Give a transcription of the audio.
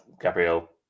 Gabriel